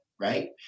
Right